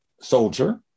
soldier